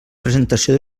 presentació